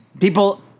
people